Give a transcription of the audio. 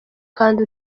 kandi